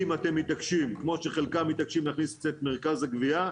אם אתם מתעקשים כמו שחלק מתעקשים להכניס את מרכז הגבייה,